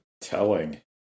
Telling